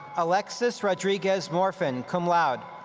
alexis rodriguez morfin, cum laude.